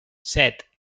set